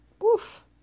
woof